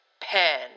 pen